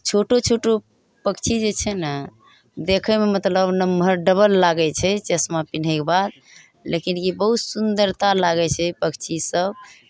छोटो छोटो पक्षी जे छै ने देखयमे मतलब नमहर डबल लागै छै चश्मा पिन्हयके बाद लेकिन ई बहुत सुन्दरता लागै छै पक्षीसभ